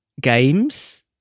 games